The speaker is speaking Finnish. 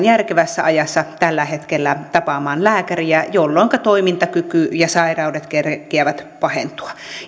järkevässä ajassa tällä hetkellä tapaamaan lääkäriä jolloinka toimintakyky ja sairaudet kerkeävät pahentua